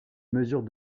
mesure